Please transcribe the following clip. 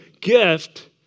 gift